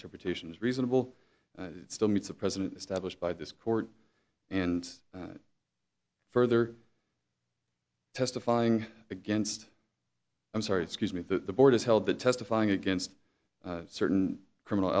interpretation is reasonable it still meets the president established by this court and further testifying against i'm sorry excuse me that the board has held that testifying against certain criminal